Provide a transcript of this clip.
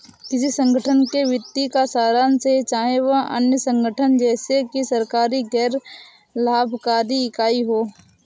किसी संगठन के वित्तीय का सारांश है चाहे वह अन्य संगठन जैसे कि सरकारी गैर लाभकारी इकाई हो